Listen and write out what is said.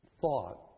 thought